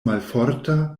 malforta